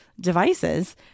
devices